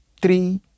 three